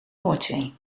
noordzee